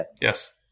Yes